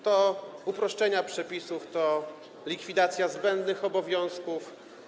To uproszczenie przepisów, to likwidacja zbędnych obowiązków.